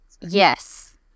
Yes